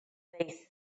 they